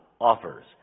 offers